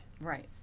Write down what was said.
Right